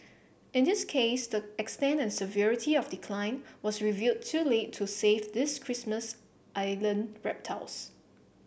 in this case the extent and severity of decline was revealed too late to save these Christmas Island reptiles